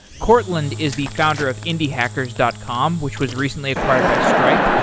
courtland is the founder of indiehackers dot com, which was recently acquired by stripe,